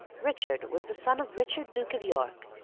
richard was the son of richard, duke of york,